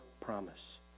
promise